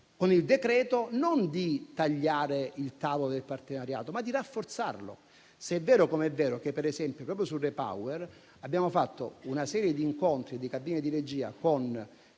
scelto di non tagliare il cavo del partenariato, ma di rafforzarlo, se è vero com'è vero che, per esempio, proprio sul Repower abbiamo fatto una serie di incontri di cabine di regia con